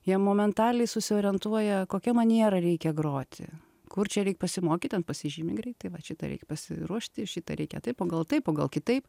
jie momentaliai susiorientuoja kokia maniera reikia groti kur čia reik pasimokyt ten pasižymi greitai vat šitą reikia pasiruošti šitą reikia tai o gal taip o gal kitaip